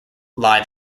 lie